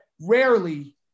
rarely